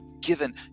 given